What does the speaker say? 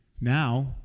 Now